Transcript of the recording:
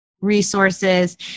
resources